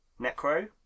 Necro